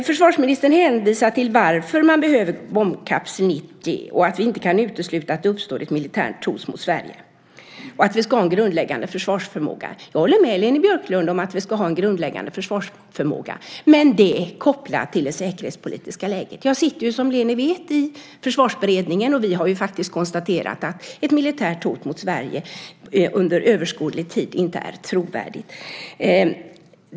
Försvarsministern hänvisar till varför man behöver bombkapsel 90, att vi inte kan utesluta att det uppstår ett militärt hot mot Sverige och att vi ska ha en grundläggande försvarsförmåga. Jag håller med Leni Björklund om att vi ska ha en grundläggande försvarsförmåga, men det är kopplat till det säkerhetspolitiska läget. Jag sitter, som Leni vet, i Försvarsberedningen, och vi har konstaterat att ett militärt hot mot Sverige under överskådlig tid inte är trovärdigt.